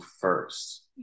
first